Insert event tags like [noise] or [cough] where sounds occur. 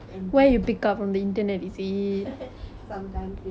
[laughs] sometimes ya